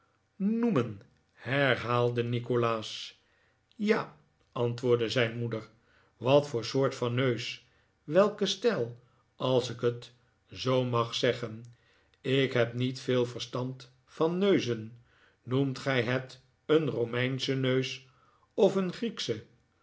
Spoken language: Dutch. noemen herhaalde nikolaas ja antwoordde zijn moeder wat voor soort van neus welke stijl als ik t zoo mag zfeggen ik heb niet veel verstand van neuzen noemt gij het een romeinschen neus of een griekschen